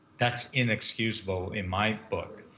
that's inexcusable, in my book.